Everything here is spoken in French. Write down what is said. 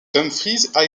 dumfries